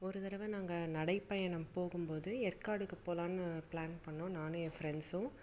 ஒரு தடவை நாங்கள் நடைபயணம் போகும்போது எற்காடுக்கு போகலான்னு ப்ளான் பண்ணிணோம் நானும் என் ஃப்ரெண்ட்ஸும்